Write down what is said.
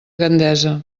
gandesa